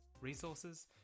resources